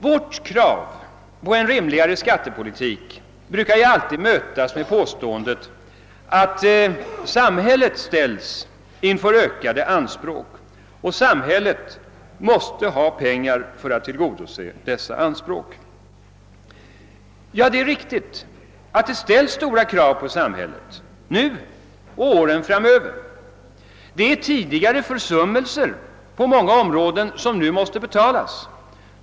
Vårt krav på en rimligare skattepolitik brukar alltid mötas med påståendet att samhället ställs inför ökade anspråk och måste ha pengar för att tillgodose dessa. Det är riktigt att det ställs stora krav på samhället i dag och åren framöver. Det är tidigare försummelser på många områden som nu måste betalas.